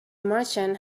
merchant